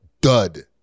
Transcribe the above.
dud